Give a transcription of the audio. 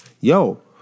Yo